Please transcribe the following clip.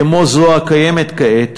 כמו זו הקיימת כעת,